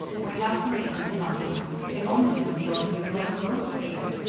would have to return some time, if only to enjoy his beloved rose-bushes.